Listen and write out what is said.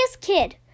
kid